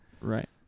Right